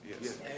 Yes